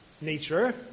nature